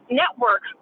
network